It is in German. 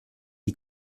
die